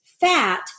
fat